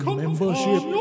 membership